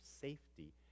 safety